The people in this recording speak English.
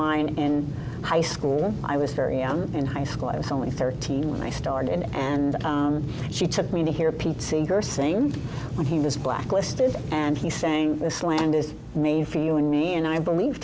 mine in high school when i was very young in high school i was only thirteen when i started and she took me to hear peter singer sing when he was blacklisted and he saying this land is made for you and me and i believe